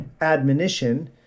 admonition